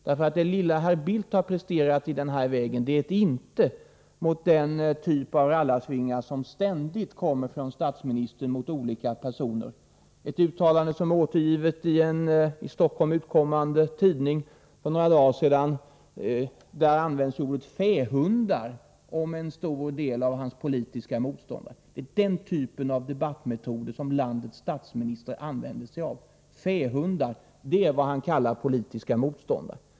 Det lilla herr Bildt har presterat i den här vägen är ett intet mot den typ av rallarsvingar som ständigt kommer från statsministern mot olika personer. I ett uttalande som för några dagar sedan återgavs i en i Stockholm utkommande tidning användes ordet ”fähundar” om en del av hans politiska motståndare. Det är den typen av debattmetoder som landets statsminister använder sig av.